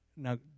Now